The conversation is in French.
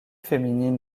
féminine